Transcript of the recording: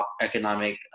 economic